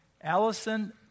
Allison